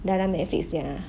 dalam Netflix ya